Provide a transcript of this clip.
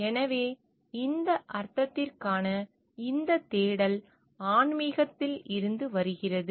எனவே இந்த அர்த்தத்திற்கான இந்த தேடல் ஆன்மீகத்தில் இருந்து வருகிறது